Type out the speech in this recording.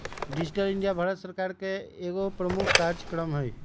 digital India Bharat सरकार का एगो प्रमुख काजक्रम हइ